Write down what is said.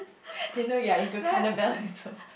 Tina you are into cannibalism